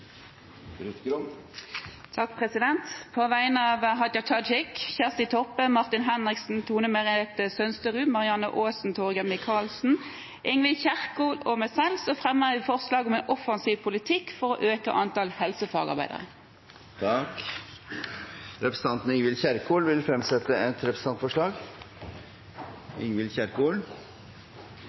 Ruth Grung vil fremsette et representantforslag. På vegne av Hadia Tajik, Kjersti Toppe, Martin Henriksen, Tone Merete Sønsterud, Marianne Aasen, Torgeir Micaelsen, Ingvild Kjerkol og meg selv fremmer jeg forslag om en offensiv politikk for å øke antallet helsefagarbeidere. Representanten Ingvild Kjerkol vil fremsette et representantforslag.